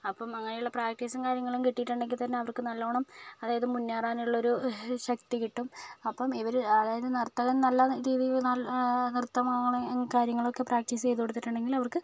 അപ്പം അങ്ങനെയുള്ള പ്രാക്ടീസും കാര്യങ്ങളും കിട്ടിയിട്ടുണ്ടെങ്കിൽ തന്നെ അവർക്ക് നല്ലവണ്ണം അതായത് മുന്നേറാനുള്ളൊരു ശക്തി കിട്ടും അപ്പം ഇവർ അതായത് നർത്തകൻ നല്ല രീതിയിൽ നല്ല നൃത്തമാ കാര്യങ്ങളുമൊക്കെ പ്രാക്ടീസ് ചെയ്ത് കൊടുത്തിട്ടുണ്ടെങ്കിൽ അവർക്ക്